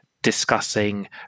Discussing